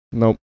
nope